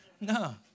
No